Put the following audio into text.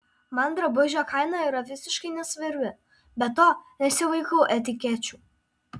man drabužio kaina yra visiškai nesvarbi be to nesivaikau etikečių